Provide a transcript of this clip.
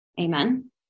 amen